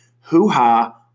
Hoo-ha